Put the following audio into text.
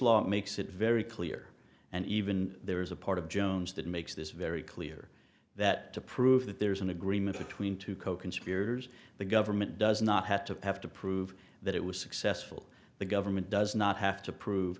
makes it very clear and even there is a part of jones that makes this very clear that to prove that there is an agreement between two coconspirators the government does not have to have to prove that it was successful the government does not have to prove